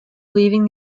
leaving